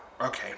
okay